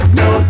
no